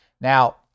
now